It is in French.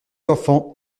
enfants